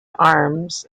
arms